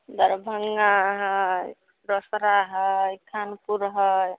दरभङ्गा हइ रोसरा हइ खानपुर हइ